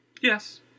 Yes